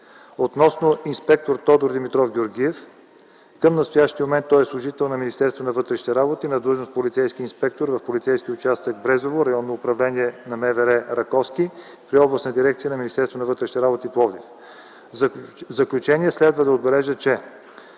Относно инспектор Тодор Димитров Георгиев, към настоящия момент той е служител на Министерството на вътрешните работи на длъжност „полицейски инспектор” в Полицейски участък – Брезово, Районно управление на МВР – Раковски, при Областна дирекция на Министерството на вътрешните работи – Пловдив. В заключение следва да отбележа, че